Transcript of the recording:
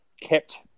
kept